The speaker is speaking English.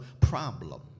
problem